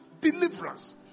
deliverance